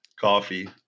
coffee